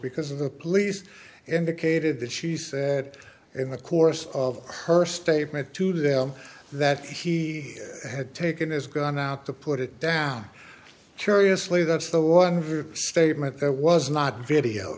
because of the police indicated that she said in the course of her statement to them that he had taken his gun out to put it down curiously that's the one for statement that was not video